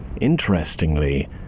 Interestingly